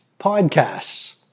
podcasts